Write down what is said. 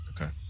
Okay